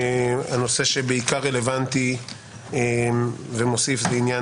הנושא שבעיקר רלוונטי ומוסיף זה עניין